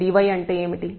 dy అంటే ఏమిటి